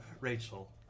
Rachel